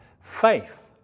faith